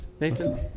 Nathan